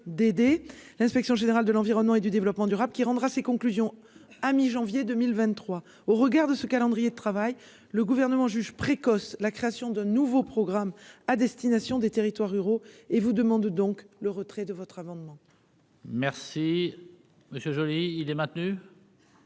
d'aider l'inspection générale de l'environnement et du développement durable, qui rendra ses conclusions à mi-janvier 2000 23 au regard de ce calendrier de travail, le gouvernement juge précoce, la création de nouveaux programmes à destination des territoires ruraux et vous demande donc le retrait de votre amendement. Merci monsieur Joly il est maintenu.